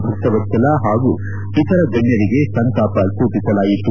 ಭಕ್ತವತ್ತಲ ಹಾಗೂ ಇತರ ಗಣ್ಣರಿಗೆ ಸಂತಾಪ ಸೂಚಿಸಲಾಯಿತು